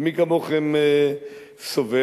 ומי כמוכם סובל?